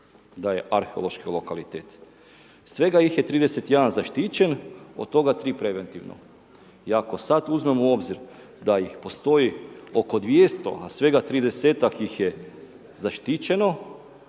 da je arheološki lokalitet. Svega ih je 31 zaštićen, od 3 preventivna i ako sam uzmemo u obzir da ih postoji oko 200 a svega 30-ak ih je zaštićeno,